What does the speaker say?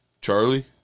charlie